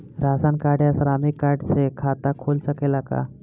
Ration card या श्रमिक card से खाता खुल सकेला का?